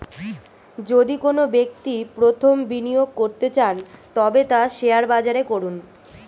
যদি কোনো ব্যক্তি প্রথম বিনিয়োগ করতে চান তবে তা শেয়ার বাজারে করুন